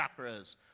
chakras